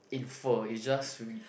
infer you just read